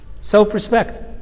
Self-respect